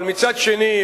אבל מצד שני,